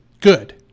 good